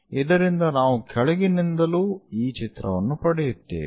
ಇದರಿಂದ ನಾವು ಕೆಳಗಿನಿಂದಲೂ ಈ ಚಿತ್ರವನ್ನು ಪಡೆಯುತ್ತೇವೆ